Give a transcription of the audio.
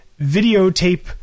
videotape